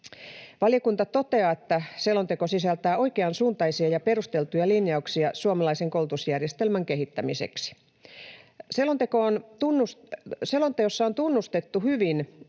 Valiokunta toteaa, että selonteko sisältää oikeansuuntaisia ja perusteltuja linjauksia suomalaisen koulutusjärjestelmän kehittämiseksi. Selonteossa on tunnistettu hyvin